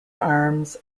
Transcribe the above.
arms